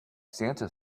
santa